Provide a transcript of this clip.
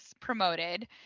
promoted